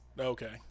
Okay